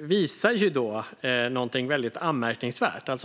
visar något väldigt anmärkningsvärt.